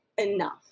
enough